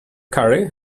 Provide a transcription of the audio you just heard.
curry